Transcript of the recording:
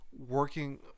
working